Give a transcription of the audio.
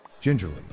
Gingerly